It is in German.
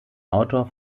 autor